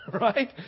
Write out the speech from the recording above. right